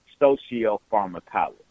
sociopharmacology